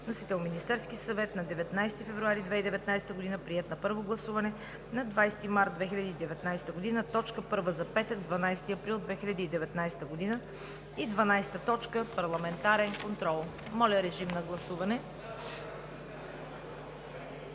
Вносител е Министерският съвет на 19 февруари 2019 г., приет на първо гласуване на 20 март 2019 г. – точка първа за петък, 12 април 2019 г. 12. Парламентарен контрол.“ Моля, режим на гласуване.